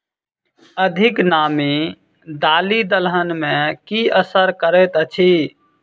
अधिक नामी दालि दलहन मे की असर करैत अछि?